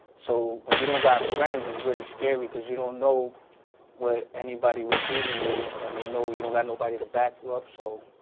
so when you know that friends is really scary because you don't know what anybody would do to you and they know you don't get nobody to back you up so